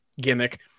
gimmick